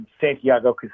Santiago